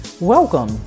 Welcome